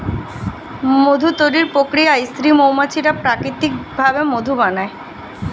মধু তৈরির প্রক্রিয়ায় স্ত্রী মৌমাছিরা প্রাকৃতিক ভাবে মধু বানায়